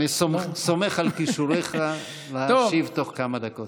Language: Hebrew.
אני סומך על כישוריך להשיב בתוך כמה דקות.